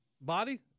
body